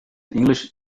english